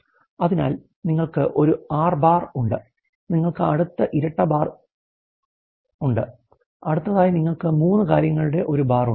അതിനാൽ നിങ്ങൾക്ക് ഒരു R' ഉണ്ട് നിങ്ങൾക്ക് അടുത്ത ഇരട്ട ബാർ ഉണ്ട് അടുത്തതായി നിങ്ങൾക്ക് മൂന്ന് കാര്യങ്ങളുടെ ഒരു ബാർ ഉണ്ട്